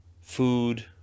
food